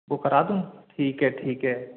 वो करा दूँ ठीक है ठीक है